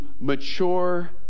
mature